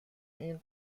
این